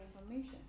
information